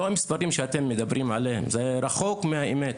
לא המספרים שאתם מדברים עליהם, זה רחוק מהאמת.